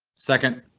second.